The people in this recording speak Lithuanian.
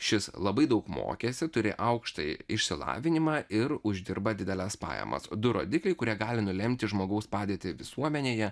šis labai daug mokėsi turi aukštąjį išsilavinimą ir uždirba dideles pajamas du rodikliai kurie gali nulemti žmogaus padėtį visuomenėje